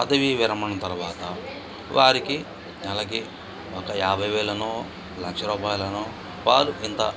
పదవీ విరమణ తర్వాత వారికి నెలకి ఒక యాభై వేలనో లక్ష రూపాయలనో వారు ఇంత